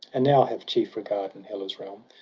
and now have chief regard in hela's realm.